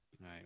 right